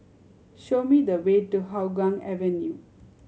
show me the way to Hougang Avenue